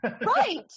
Right